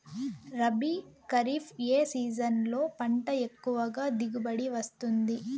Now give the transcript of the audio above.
రబీ, ఖరీఫ్ ఏ సీజన్లలో పంట ఎక్కువగా దిగుబడి వస్తుంది